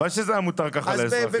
הלוואי שזה היה מותר ככה לאזרחים.